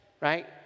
right